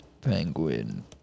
penguin